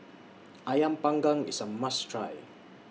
Ayam Panggang IS A must Try